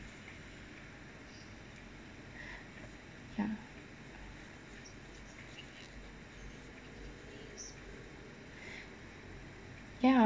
ya ya